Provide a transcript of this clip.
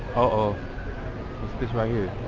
oh. what's this right here?